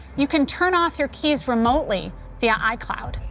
you can turn off your keys remotely via icloud.